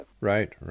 Right